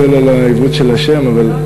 אני מתנצל על העיוות של השם, אבל,